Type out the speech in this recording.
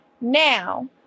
Now